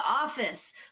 office